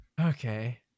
Okay